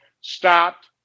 stopped